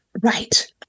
Right